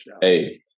Hey